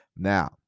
Now